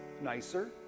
nicer